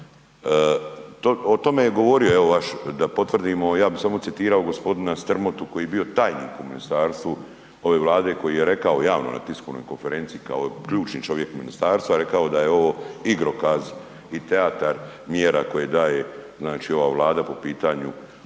O tome je govorio vaš, da potvrdimo ja bih samo citirao gospodina Strmotu koji je bio tajnik u ministarstvu ove Vlade, koji je rekao javno na tiskovnoj konferenciji kao ključni čovjek ministarstva rekao je da je ovo igrokaz i teatar mjera koje daje ova Vlada po pitanju